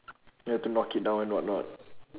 you have to knock it down and whatnot